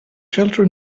shelter